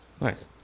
Nice